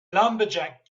lumberjack